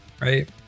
right